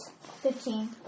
Fifteen